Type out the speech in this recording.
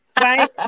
Right